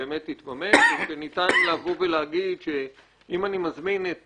תתממש או שניתן לבוא ולהגיד שאם אני מזמין את